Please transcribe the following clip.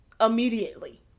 Immediately